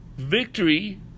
victory